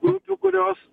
grupių kurios